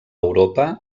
europa